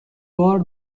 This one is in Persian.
بار